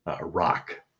rock